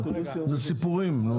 זה סיפורים נו,